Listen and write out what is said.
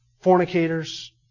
fornicators